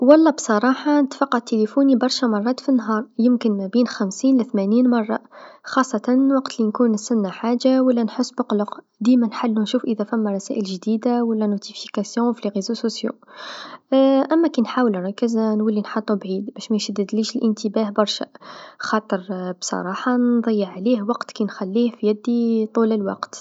و الله بصراحه نتفقد تيليفوني برشا مرات في النهار يمكن ما بين خمسين لثمانين مرا خاصة وقت لنكون نستنى حاجه و لا نحس بالقلق، ديما نحلو نشوف إذا في رسائل جديدا و لا إشعارات في وسائل التواصل الاجتماعي أما كنحاول نركز نولي نحطو بعيد باش ميشتتليش الإنتباه برشا خاطر بصراحه نضيع عليه وقت كنخليه في يدي طوال الوقت.